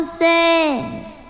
says